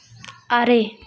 ᱟᱨᱮ